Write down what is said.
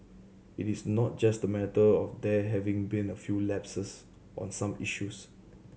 it is not just matter of there having been a few lapses on some issues